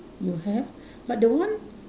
you have but the one